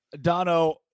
Dono